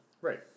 Right